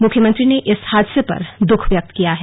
मुख्यमंत्री ने इस हादसे पर दुख व्यक्त किया है